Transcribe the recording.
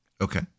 Okay